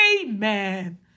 amen